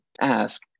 ask